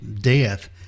death